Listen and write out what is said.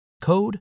code